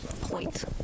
Point